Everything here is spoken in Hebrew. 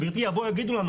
גברתי, יבואו ויגידו לנו